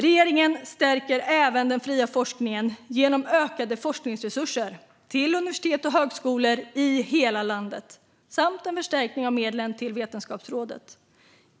Regeringen stärker även den fria forskningen genom ökade forskningsresurser till universitet och högskolor i hela landet samt en förstärkning av medlen till Vetenskapsrådet.